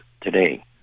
today